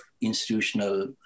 institutional